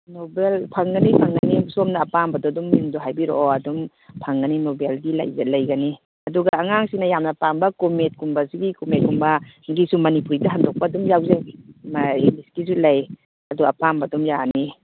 novel ꯐꯪꯒꯅꯤ ꯐꯪꯒꯅꯤ ꯁꯣꯝꯅ ꯑꯄꯥꯝꯕꯗꯣ ꯑꯗꯨꯝ ꯃꯤꯡꯗꯣ ꯍꯥꯏꯔꯤꯔꯛꯑꯣ ꯑꯗꯨꯝ ꯐꯪꯒꯅꯤ ꯅꯣꯚꯦꯜꯒꯤ ꯂꯩꯒꯅꯤ ꯑꯗꯨꯒ ꯑꯉꯥꯡꯁꯤꯡꯅ ꯌꯥꯝꯅ ꯄꯥꯝꯕ ꯀꯣꯃꯤꯛꯀꯨꯝꯕ ꯁꯤꯒꯤ ꯀꯣꯃꯤꯛꯀꯨꯝꯕ ꯁꯤꯒꯤꯁꯨ ꯃꯅꯤꯄꯨꯔꯤꯗ ꯍꯟꯗꯣꯛꯄ ꯑꯗꯨꯝ ꯌꯥꯎꯖꯩ ꯏꯪꯂꯤꯁꯀꯤꯁꯨ ꯂꯩ ꯑꯗꯨ ꯑꯄꯥꯝꯕ ꯑꯗꯨꯝ ꯌꯥꯅꯤ